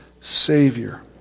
Savior